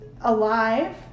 Alive